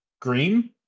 Green